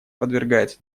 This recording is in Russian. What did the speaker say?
подвергается